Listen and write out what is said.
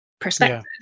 perspective